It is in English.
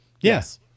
Yes